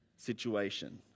situation